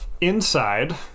inside